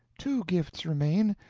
two gifts remain.